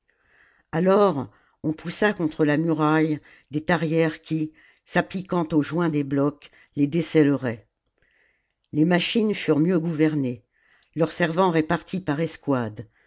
alors on poussa contre les murailles des tarières qui s'appliquant aux joints des blocs les descelleraient les machines furent mieux gouvernées leurs servants répartis par escouades